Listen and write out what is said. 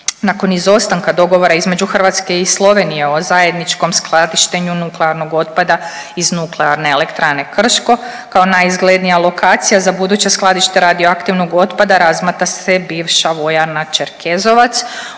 Nakon izostanaka dogovora između Hrvatske i Slovenije o zajedničkom skladištenju nuklearnog otpada iz Nuklearne elektrane Krško kao najizglednija lokacija za buduće skladište radioaktivnog otpada razmatra se bivša vojarna Čerkezovac